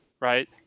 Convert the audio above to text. right